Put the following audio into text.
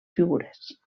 figures